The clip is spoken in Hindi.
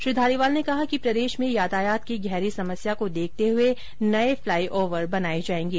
श्री धारीवाल ने कहा कि प्रदेश में यातायात की गहरी समस्या को देखते हुए नये फ्लाई ओवर बनाये जायेंगे